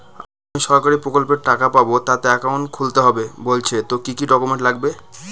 আমি সরকারি প্রকল্পের টাকা পাবো তাতে একাউন্ট খুলতে হবে বলছে তো কি কী ডকুমেন্ট লাগবে?